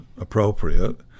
appropriate